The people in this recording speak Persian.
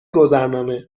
گذرنامه